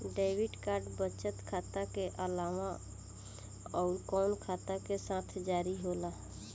Debit card बचत खाता के अलावा अउरकवन खाता के साथ जारी होला?